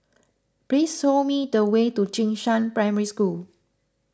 please saw me the way to Jing Shan Primary School